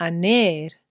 Aner